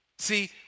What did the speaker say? See